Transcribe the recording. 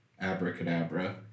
abracadabra